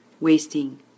wasting